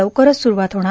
लवकरच स़रूवात होणार